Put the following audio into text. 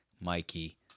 Mikey